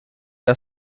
are